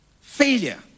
failure